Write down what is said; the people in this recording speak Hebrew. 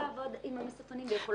לעבוד עם המסופונים ויכולות בלי.